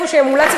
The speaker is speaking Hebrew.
איפה שמומלץ,